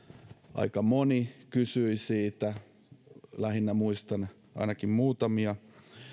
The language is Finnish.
aika moni kysyi siitä muistan ainakin muutamia on